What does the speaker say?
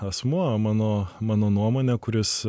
asmuo mano mano nuomone kuris